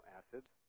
acids